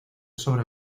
sobre